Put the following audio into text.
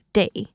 day